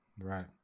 Right